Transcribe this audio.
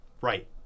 right